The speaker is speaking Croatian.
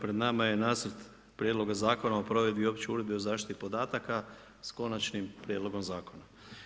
Pred nama je nacrt prijedloga Zakona o provedbi opće uredbe o zaštiti podataka s konačnim prijedlogom zakona.